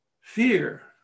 fear